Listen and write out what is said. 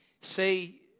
say